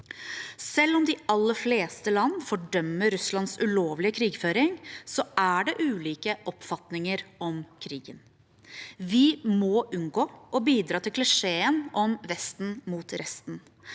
Selv om de aller fleste land fordømmer Russlands ulovlige krigføring, er det ulike oppfatninger om krigen. Vi må unngå å bidra til klisjeen om Vesten mot resten.